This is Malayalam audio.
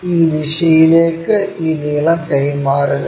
ഈ ദിശയിലേക്ക് ഈ നീളം കൈമാറുക